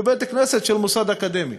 בבית-הכנסת של מוסד אקדמי.